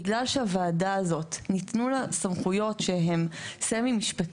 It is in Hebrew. בגל שניתנו לוועדה הזאת סמכויות שהן חצי-משפטיות,